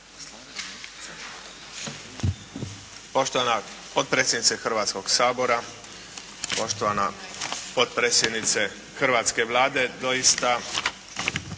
Poštovana potpredsjednice Hrvatskoga sabora, poštovana potpredsjednice hrvatske Vlade. Doista,